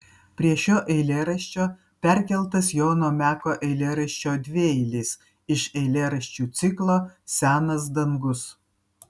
prie šio eilėraščio perkeltas jono meko eilėraščio dvieilis iš eilėraščių ciklo senas dangus